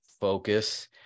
focus